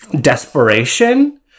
desperation